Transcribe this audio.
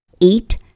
Eight